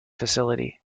facility